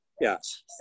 Yes